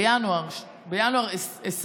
בינואר 2020,